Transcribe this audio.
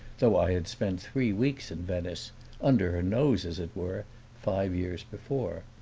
though i had spent three weeks in venice under her nose, as it were five years before.